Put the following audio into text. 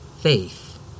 faith